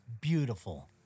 beautiful